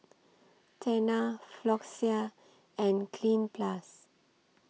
Tena Floxia and Cleanz Plus